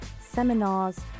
seminars